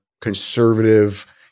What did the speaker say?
conservative